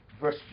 verse